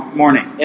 morning